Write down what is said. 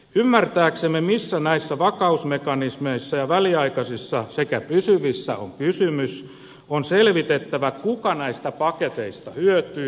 ymmärtääksemme mistä näissä vakausmekanismeissa sekä väliaikaisessa että pysyvässä on kysymys on selvitettävä kuka näistä paketeista hyötyy